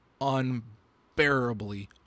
unbearably